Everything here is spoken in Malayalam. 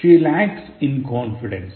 She lacks in confidence